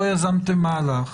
לא יזמתם מהלך,